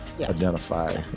identify